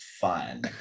fun